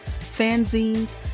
fanzines